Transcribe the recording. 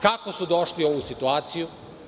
Kako su došli u ovu situaciju?